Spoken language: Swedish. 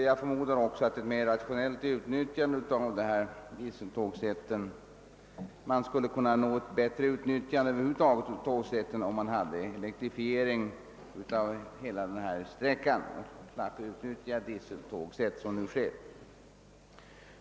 Jag förutsätter också att man skulle kunna utnyttja dieseltågen mera rationellt, om hela sträckan elektrifierades och vi slapp att utnyttja diesellok på sätt som nu sker.